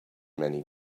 many